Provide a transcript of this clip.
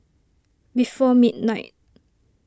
before midnight